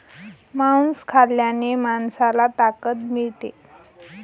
मांस खाल्ल्याने माणसाला ताकद मिळते